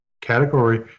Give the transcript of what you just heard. category